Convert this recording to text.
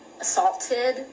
assaulted